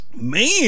Man